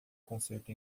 concerto